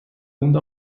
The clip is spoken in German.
und